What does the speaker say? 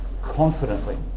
confidently